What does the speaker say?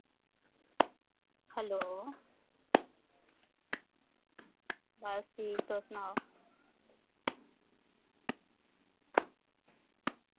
hello बस ठीक तुस सनाओ